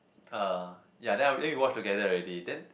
uh ya then I eh we watch together already then